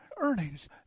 earnings